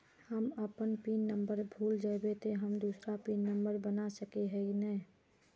हम अपन pin number भूल जयबे ते हम दूसरा पिन नंबर बना सके है नय?